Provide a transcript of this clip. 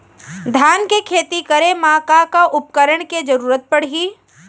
धान के खेती करे मा का का उपकरण के जरूरत पड़हि?